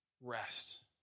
rest